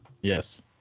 Yes